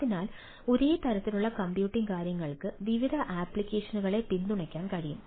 അതിനാൽ ഒരേ തരത്തിലുള്ള കമ്പ്യൂട്ടിംഗ് കാര്യങ്ങൾക്ക് വിവിധ ആപ്ലിക്കേഷനുകളെ പിന്തുണയ്ക്കാൻ കഴിയും